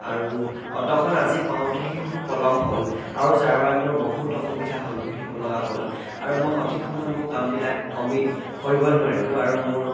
আৰু অট'খন আজি পাওঁতেহি খুউব পলম হ'ল আৰু যাৰবাবে মোৰ বহুত অসুবিধাৰ সন্মুখীন হ'ব লগা হ'ল আৰু মই সঠিক সময়ত মোৰ কামবিলাক কমি কৰিব নোৱাৰিলোঁ আৰু মোৰ